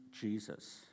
Jesus